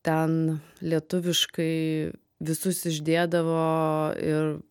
ten lietuviškai visus išdėdavo ir